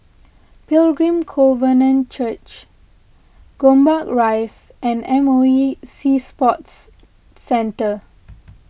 Pilgrim Covenant Church Gombak Rise and M O E Sea Sports Centre